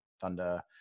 Thunder